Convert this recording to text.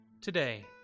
Today